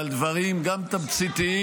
-- ועל דברים גם תמציתיים,